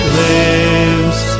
lives